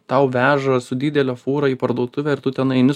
tau veža su didele fūra į parduotuvę ir tu ten eini